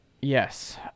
Yes